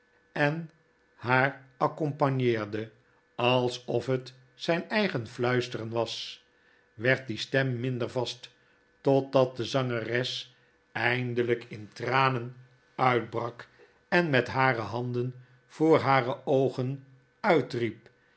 en haar accompagneerde alsof het zijn eigen fluisteren was werd die stem minder vast totdat de zangeres eindeljjk in tranen uitbrak en met hare handen voor hare oogen uitriep